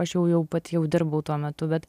aš jau jau pati jau dirbau tuo metu bet